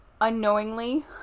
unknowingly